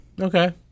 Okay